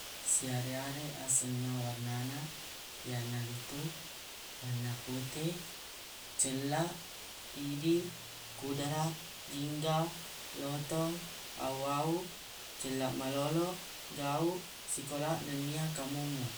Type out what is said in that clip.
Siareq-areq asenna warnana yanaritu warna putte, cellaq, ridi, kudaraq, jinggaq, lotong, awu-awu, cellaq malolo, gauq, sikolaq, nennia kamummuq.